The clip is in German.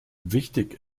wichtig